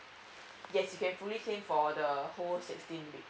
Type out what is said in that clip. yes you can fully claim for the whole sixteen weeks